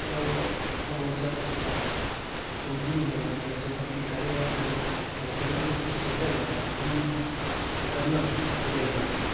तर समोरच्यालासुद्धा ते समजून घेणं त्याच्यावरती कार्यवाही करणं या सगळ्या गोष्टी सोप्या जातात म्हणून ते करणं गरजेचं आहे